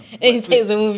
but wait